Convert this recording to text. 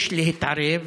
יש להתערב